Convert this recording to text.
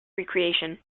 recreation